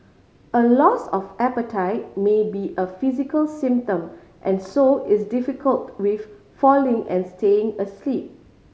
a loss of appetite may be a physical symptom and so is difficult with falling and staying asleep